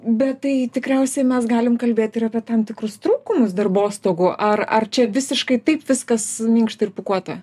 bet tai tikriausiai mes galim kalbėti ir apie tam tikrus trūkumus darbostogų ar ar čia visiškai taip viskas minkšta ir pūkuota